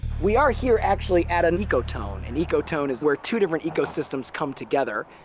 we are here actually at an ecotone. and ecotone is where two different ecosystems come together.